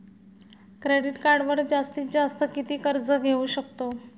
Credit कार्डवर जास्तीत जास्त किती कर्ज घेऊ शकतो?